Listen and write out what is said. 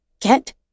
Get